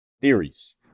theories